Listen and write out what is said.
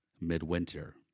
midwinter